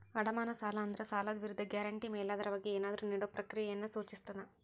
ಅಡಮಾನ ಸಾಲ ಅಂದ್ರ ಸಾಲದ್ ವಿರುದ್ಧ ಗ್ಯಾರಂಟಿ ಮೇಲಾಧಾರವಾಗಿ ಏನಾದ್ರೂ ನೇಡೊ ಪ್ರಕ್ರಿಯೆಯನ್ನ ಸೂಚಿಸ್ತದ